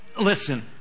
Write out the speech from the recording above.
Listen